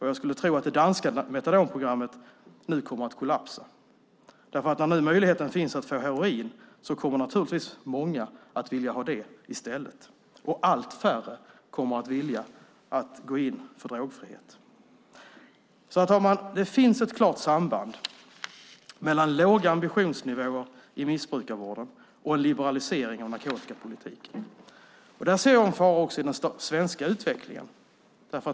Jag skulle tro att det danska metadonprogrammet nu kommer att kollapsa. När nu möjligheten finns att få heroin kommer naturligtvis många att vilja ha det i stället. Allt färre kommer att vilja gå in för drogfrihet. Herr talman! Det finns alltså ett klart samband mellan låg ambitionsnivå i missbrukarvården och en liberalisering av narkotikapolitiken. Där ser jag en fara också i den svenska utvecklingen.